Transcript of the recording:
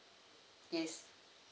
yes